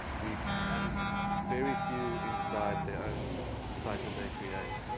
we and very few inside their own sites that they create.